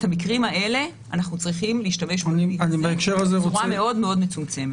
במקרים האלה אנחנו צריכים להשתמש בצורה מאוד מצומצמת.